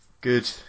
Good